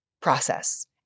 process